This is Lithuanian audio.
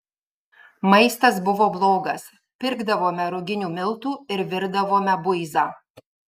maistas buvo blogas pirkdavome ruginių miltų ir virdavome buizą